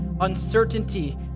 uncertainty